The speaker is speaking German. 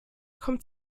kommt